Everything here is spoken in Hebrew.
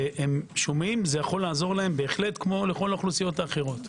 יכול לעזור להם כמו לכל האוכלוסיות האחרות.